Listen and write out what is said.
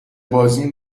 بازی